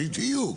בדיוק.